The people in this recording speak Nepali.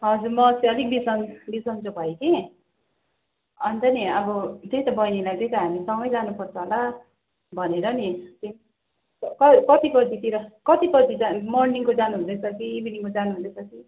हजुर म अस्ति अलिक बिसन् बिसन्चो भएँ कि अनि त नि अब त्यही त बहिनीलाई त्यही त हामीसँगै जानुपर्छ होला भनेर नि कति बजीतिर कति बजी जानु मर्निङको जानुहुँदैछ कि इभिनिङमा जानुहुँदैछ कि